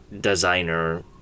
designer